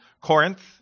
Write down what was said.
Corinth